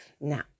Now